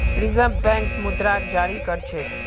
reserve bank मुद्राक जारी कर छेक